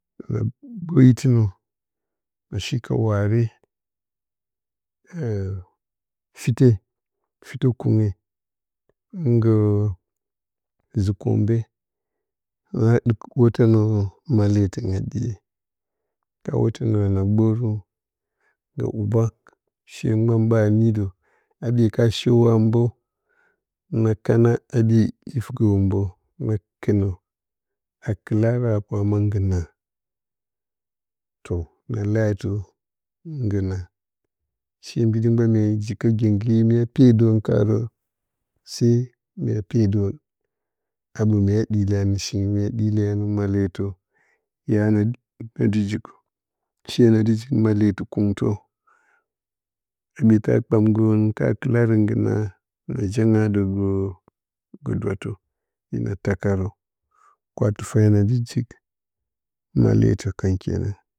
Na itɨ nə na shika waare fite fitə kunge hɨn gə ji-kombe na ɗɨk hətə nə malerite a ɗiye hətə nərə na gbərə ngga huɓa she mban hɨn ɓa nii də haɓye ka shorə a mbə na kana hyɓye it gə mbə na kɨnə a kɨlarə a kwama na ngɨ naa toh na leyə a tɨ nggɨ naa she mbiɗi mban mya jikə gengge mya pedərən karə mya pedərən aɓə mya ɗɨle anəshe mya ɗile anə malentəyana dɨ jikə she na dɨ jik maleyitə kungg tə hɨn ka kɨlarə nggɨ naa janga də gə gə dwatə ye na takarə kwatɨte na də jik maleyitə kan kenan